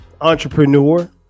entrepreneur